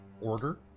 order